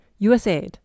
USAID